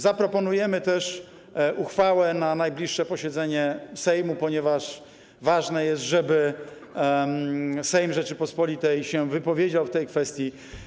Zaproponujemy też uchwałę na najbliższe posiedzenie Sejmu, ponieważ ważne jest, żeby Sejm Rzeczypospolitej się wypowiedział w tej kwestii.